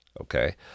okay